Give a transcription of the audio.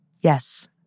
yes